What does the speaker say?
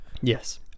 Yes